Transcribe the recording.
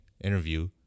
interview